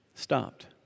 stopped